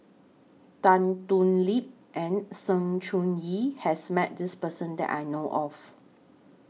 Tan Thoon Lip and Sng Choon Yee has Met This Person that I know of